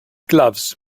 gloves